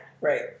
Right